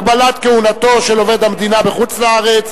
הגבלת כהונתו של עובד המדינה בחוץ-לארץ),